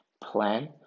plan